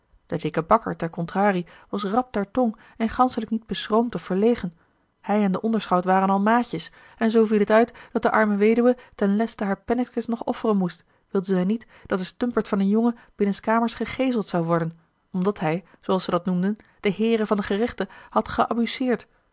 de dikke bakker ter contrarie was rap ter tong en ganschelijk niet beschroomd of verlegen hij en de onderschout waren al maatjes en zoo viel het uit dat de arme weduwe ten leste haar penninkske nog offeren moest wilde zij niet dat de stumpert van een jongen binnenskamers gegeeseld zou worden omdat hij zooals ze dat noemden de heeren van den gerechte had